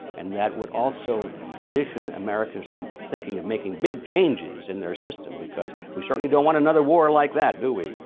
and that would also condition americans into and thinking of making big changes in their system because, we certainly don't want another war like that, do we?